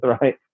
right